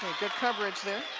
good coverage there.